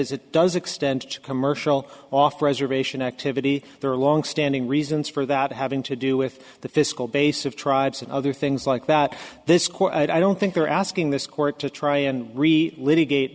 is it does extend to commercial off reservation activity there longstanding reasons for that having to do with the fiscal base of tribes and other things like that this court i don't think they're asking this court to try and litigate